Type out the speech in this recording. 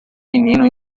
menino